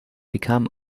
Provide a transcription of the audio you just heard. become